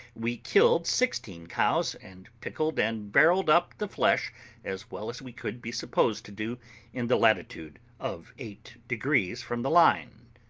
we killed sixteen cows, and pickled and barrelled up the flesh as well as we could be supposed to do in the latitude of eight degrees from the line.